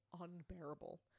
unbearable